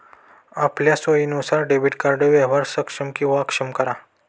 आपलया सोयीनुसार debit card व्यवहार सक्षम किंवा अक्षम करा